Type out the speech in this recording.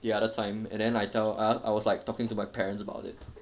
the other time and then I tell I I was like talking to my parents about it